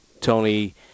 Tony